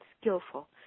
skillful